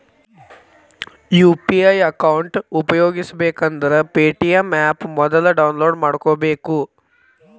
UPI account ಉಪಯೋಗಿಸಬೇಕಂದ್ರ Paytm app ಮೊದ್ಲ download ಮಾಡ್ಕೋಬೇಕು